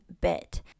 bit